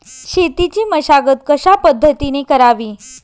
शेतीची मशागत कशापद्धतीने करावी?